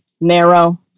narrow